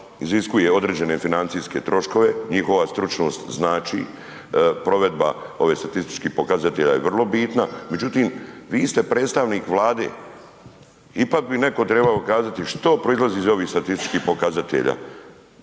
iziskuje određene financijske troškove, njihova stručnost znači provedba ovih statističkih pokazatelja je vrlo bitna. Međutim, vi ste predstavnik Vlade, ipak bi netko trebao kazati što proizlazi iz ovih statističkih pokazatelja.